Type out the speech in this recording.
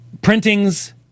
printings